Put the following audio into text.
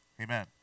Amen